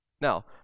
now